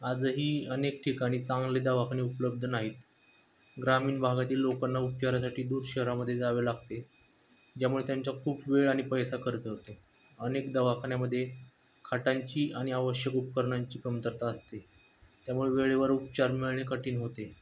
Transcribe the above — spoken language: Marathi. आजही अनेक ठिकाणी चांगले दवाखाने उपलब्ध नाहीत ग्रामीण भागातील लोकांना उपचारासाठी दूर शहरामध्ये जावे लागते ज्यामुळे त्यांचा खूप वेळ आणि पैसा खर्च होतो अनेक दवाखान्यामध्ये खाटांची आणि आवश्यक उपकरणांची कमतरता असते त्यामुळे वेळेवर उपचार मिळणे कठीण होते